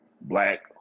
black